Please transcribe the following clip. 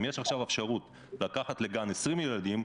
אם יש עכשיו אפשרות לקחת לגן 20 ילדים,